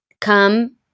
Come